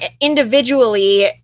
individually